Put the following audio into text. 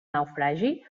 naufragi